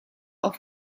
auf